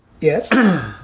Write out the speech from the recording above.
Yes